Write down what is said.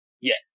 Yes